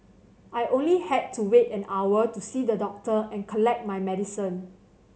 I only had to wait an hour to see the doctor and collect my medicine